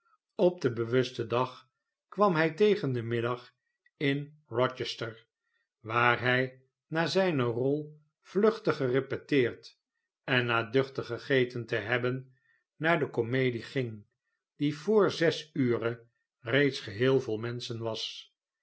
op den bewusten dag kwam hij tegen den middag in rochester wa ar hij na zyne rol vluchtig gerepeteerd en na duchtig gegeten te hebben naar de komedie ging die voor zes ure reeds geheel vol menschen was